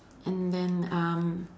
and then um